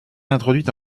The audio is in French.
introduite